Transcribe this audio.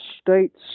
states